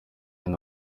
bari